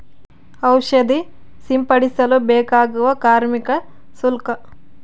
ಔಷಧಿ ಸಿಂಪಡಿಸಲು ಬೇಕಾಗುವ ಕಾರ್ಮಿಕ ಶುಲ್ಕ?